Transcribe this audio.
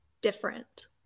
different